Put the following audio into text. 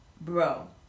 bro